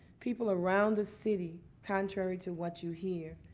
people around the city, contrary to what you hear,